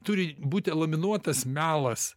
turi būt įlaminuotas melas